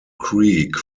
creek